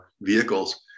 vehicles